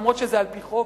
נכון שזה על-פי חוק,